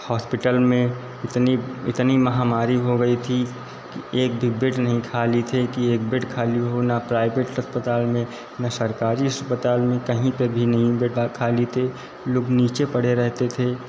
hospital में इतनी इतनी महामारी हो रही थी कि एक भी बेड नहीं खाली थे कि एक बेड खाली होना प्राइबेट अस्पताल में न शरकारी अशपताल में कहीं पे भी नहीं बेडबा खाली थे लोग नीचे पड़े रहते थे